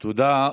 תודה.